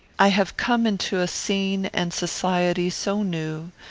i have come into a scene and society so new,